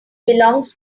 belongs